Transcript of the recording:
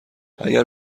اگر